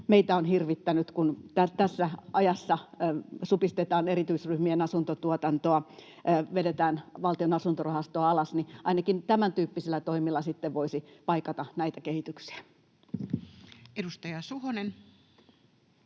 meitä on hirvittänyt, kun tässä ajassa supistetaan erityisryhmien asuntotuotantoa, vedetään Valtion asuntorahastoa alas. Ainakin tämäntyyppisillä toimilla sitten voisi paikata näitä kehityksiä. [Speech